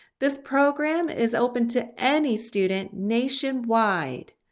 this program is open to any student nationwide.